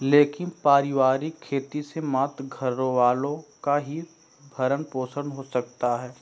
लेकिन पारिवारिक खेती से मात्र घरवालों का ही भरण पोषण हो सकता है